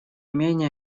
менее